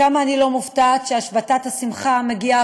וכמה אני לא מופתעת שהשבתת השמחה מגיעה